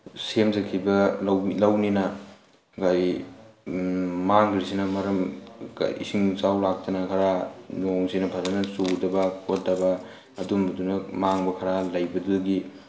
ꯁꯦꯝꯖꯈꯤꯕ ꯂꯧꯅꯤꯅ ꯀꯔꯤ ꯃꯥꯡꯗꯣꯏꯁꯤꯅ ꯃꯔꯝ ꯏꯁꯤꯡ ꯏꯆꯥꯎ ꯂꯥꯛꯇꯅ ꯈꯔ ꯅꯣꯡꯁꯤꯅ ꯐꯖꯅ ꯆꯨꯗꯕ ꯈꯣꯠꯇꯕ ꯑꯗꯨꯒꯨꯝꯕꯗꯨꯅ ꯃꯥꯡꯕ ꯈꯔ ꯂꯩꯕꯗꯨꯒꯤ